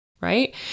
right